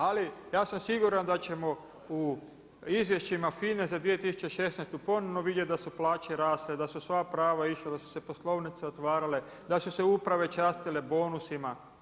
Ali ja sam siguran da ćemo u izvješćima FINA-e za 2016. ponovno vidjeti da su plaće rasle, da su sva prava išla, da su se poslovnice otvarale, da su se uprave častile bonusima.